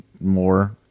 more